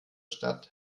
stadt